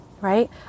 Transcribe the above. right